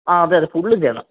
അഹ് അതെ അതെ ഫുള്ളും ചെയ്യണം